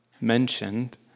mentioned